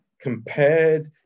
compared